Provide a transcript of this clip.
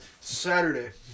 Saturday